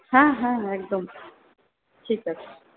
হ্যাঁ হ্যাঁ একদম ঠিক আছে